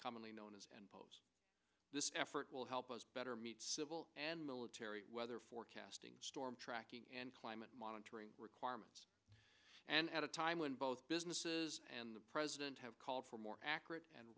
commonly known as and post this effort will help us better meet civil and military weather forecasting storm tracking and climate monitoring requirements and at a time when both businesses and the president have called for more accurate and